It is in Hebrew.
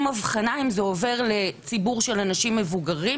אבחנה זה עובר לציבור של אנשים מבוגרים,